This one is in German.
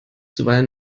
zuweilen